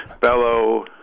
bellow